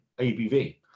ABV